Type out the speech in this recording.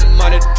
money